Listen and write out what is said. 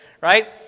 right